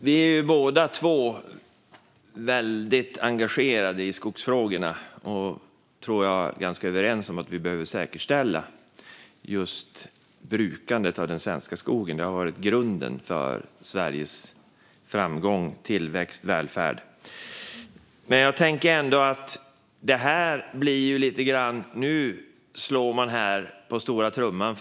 Vi är båda två väldigt engagerade i skogsfrågorna och, tror jag, ganska överens om att vi behöver säkerställa just brukandet av den svenska skogen, som har varit grunden för Sveriges framgång, tillväxt och välfärd.